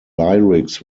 lyrics